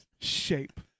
shape